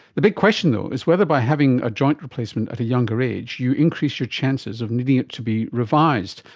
the big question though is whether by having a joint replacement at a younger age you increase your chances of needing it to be revised.